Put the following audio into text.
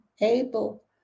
able